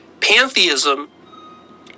pantheism